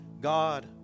God